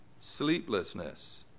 sleeplessness